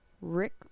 Rick